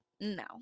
no